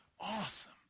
awesome